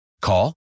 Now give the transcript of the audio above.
Call